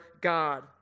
God